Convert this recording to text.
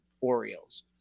Orioles